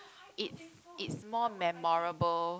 it's it's more memorable